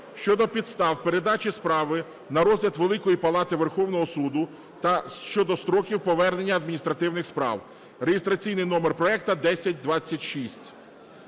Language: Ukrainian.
щодо підстав передачі справи на розгляд Великої Палати Верховного Суду та щодо строків повернення адміністративних справ (реєстраційний номер проекту 1026).